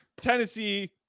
Tennessee